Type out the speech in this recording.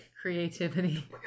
creativity